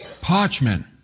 parchment